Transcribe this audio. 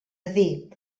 dir